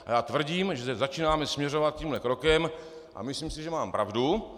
A já tvrdím, že začínáme směřovat tímhle krokem, a myslím si, že mám pravdu.